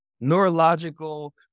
neurological